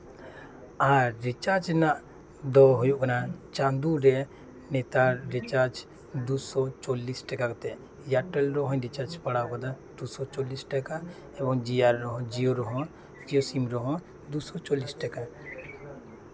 ᱟᱨ recharge ᱨᱮᱭᱟᱜ ᱫᱚ ᱦᱩᱭᱩᱜ ᱠᱟᱱᱟ ᱪᱟᱸᱫᱚ ᱨᱮ ᱱᱮᱛᱟᱨ ᱨᱤᱪᱟᱨᱡ ᱫᱩ ᱥᱚ ᱪᱚᱞᱞᱤᱥ ᱴᱟᱠᱟ ᱠᱟᱛᱮᱫ ᱮᱭᱟᱨᱴᱮᱞ ᱨᱮᱦᱳᱧ ᱨᱤᱪᱟᱨᱡ ᱵᱟᱲᱟ ᱟᱠᱟᱫᱟ ᱫᱩ ᱥᱳ ᱪᱚᱞᱞᱤᱥ ᱴᱟᱠᱟ ᱮᱵᱚᱝ ᱡᱤᱭᱳ ᱥᱤᱢ ᱨᱮᱦᱚᱸ ᱫᱩᱥᱳ ᱪᱚᱞᱞᱤᱥ ᱴᱟᱠᱟ